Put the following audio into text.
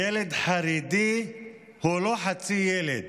ילד חרדי הוא לא חצי ילד.